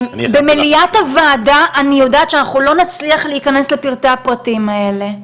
במליאת הוועדה אני יודעת שאנחנו לא נצליח להיכנס לפרטי הפרטים האלה.